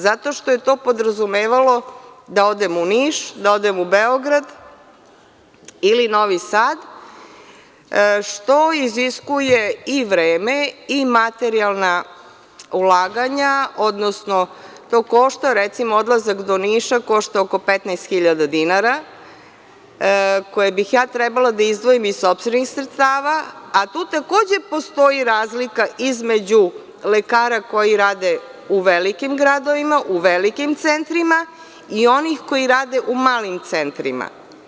Zato što je to podrazumevalo da odem u Niš, da odem u Beograd ili Novi Sad, što iziskuje i vreme i materijalna ulaganja, odnosno to košta, recimo, odlazak do Niša košta oko 15.000 dinara koje bih trebala da izdvojim iz sopstvenih sredstava, a tu takođe postoji razlika između lekara koji rade u velikim gradovima, u velikim centrima i oni koji rade u malim centrima.